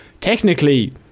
technically